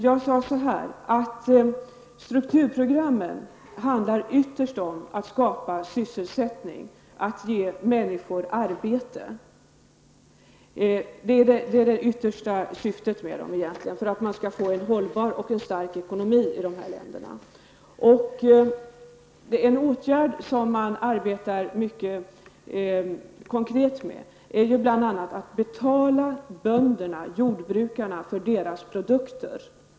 Jag sade så här: Strukturprogrammen handlar ytterst om att skapa sysselsättning, att ge människor arbete. Det är det yttersta syftet med dem, för att man skall få en hållbar och stark ekonomi i de här länderna. En av de åtgärder som det arbetas mycket konkret med är att betala bönderna för deras produkter.